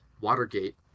Watergate